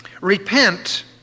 Repent